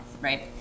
right